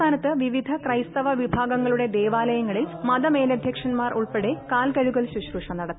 സംസ്ഥാനത്ത് വിവിധ ക്രൈസ്തവ വിഭാഗങ്ങളുടെ ദേവാലയങ്ങളിൽ മത മേലധൃക്ഷന്മാർ ഉൾപ്പടെ കാൽ കഴുകൽ ശുശ്രൂഷ നടത്തി